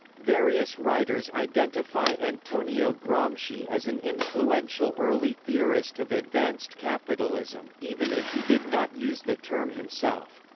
various writers identify antonio gramsci as an influential early theorist of advanced capitalism, even if he did not use the term himself.